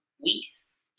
weeks